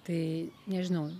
tai nežinau